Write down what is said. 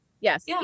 Yes